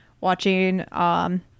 watching